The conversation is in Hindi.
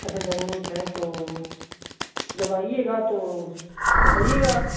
अच्छा ज़रूरत है तो जब आइएगा तो बताइएगा